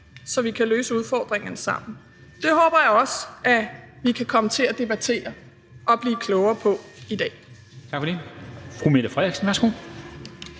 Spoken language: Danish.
så vi kan løse udfordringerne sammen. Det håber jeg også at vi kan komme til at debattere og blive klogere på i dag.